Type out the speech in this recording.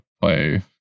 play